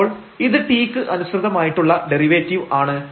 അപ്പോൾ ഇത് t ക്ക് അനുസൃതമായിട്ടുള്ള ഡെറിവേറ്റീവ് ആണ്